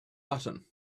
button